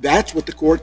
that's what the courts